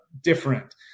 different